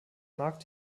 markt